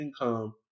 income